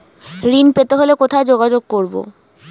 ঋণ পেতে হলে কোথায় যোগাযোগ করব?